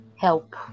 help